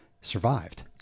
survived